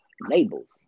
labels